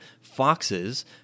foxes